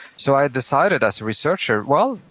so i decided, as a researcher, well,